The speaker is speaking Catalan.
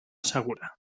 segura